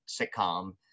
sitcom